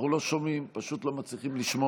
אנחנו לא שומעים, פשוט לא מצליחים לשמוע.